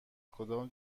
کدام